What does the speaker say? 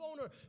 owner